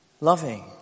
loving